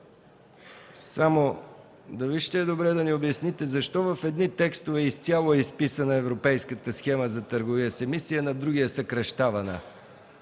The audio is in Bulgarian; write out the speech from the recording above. Дали ще е добре да ни обясните защо в едни текстове изцяло е изписана Европейската схема за търговия с емисии, а в други е съкращавана?